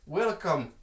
welcome